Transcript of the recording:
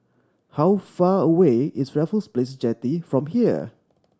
how far away is Raffles Place Jetty from here